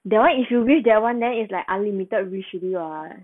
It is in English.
that [one] if you wish that [one] then is like unlimited wish already [what]